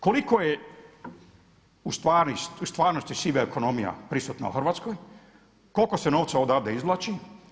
Koliko je u stvarnosti siva ekonomija prisutna u Hrvatskoj, koliko se novca odavde izvlači.